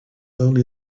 only